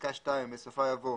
בפסקה (2), בסופה יבוא